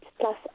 plus